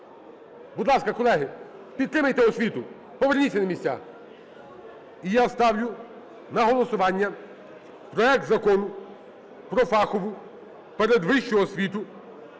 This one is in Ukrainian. Будь ласка, колеги, підтримайте освіту, поверніться на місця. І я ставлю на голосування проект Закону фахову передвищу освіту,